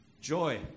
Joy